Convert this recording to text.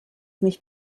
nicht